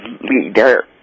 leader